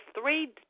three